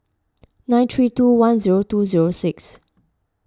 nine three two one zeo two zero six